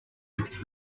with